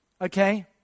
okay